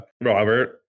robert